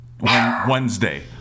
Wednesday